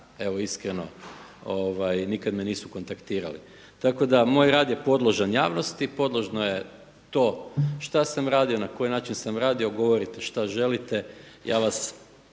Evo iskreno nikada me nisu kontaktirali. Tako da moj rad je podložan javnosti, podložno je to što sam radio, na koji način sam radio. Govorite što želite, ja vas